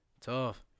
Tough